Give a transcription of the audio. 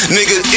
Nigga